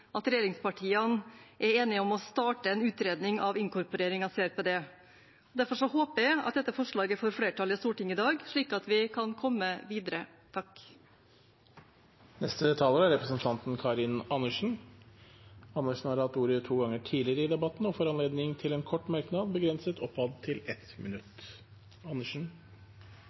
at regjeringspartiene er enige om å starte en utredning av inkorporering av CRPD. Derfor håper jeg at dette forslaget får flertall i Stortinget i dag, slik at vi kan komme videre. Representanten Karin Andersen har hatt ordet to ganger tidligere og får ordet til en kort merknad, begrenset til 1 minutt.